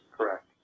Correct